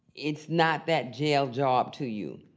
it's not that jail job to you.